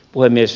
puhemies